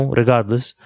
regardless